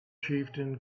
chieftain